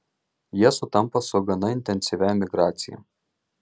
jie sutampa su gana intensyvia emigracija